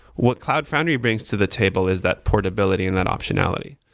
what cloud foundry brings to the table is that portability and that optimality.